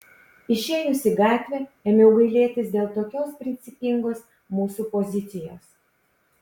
išėjus į gatvę ėmiau gailėtis dėl tokios principingos mūsų pozicijos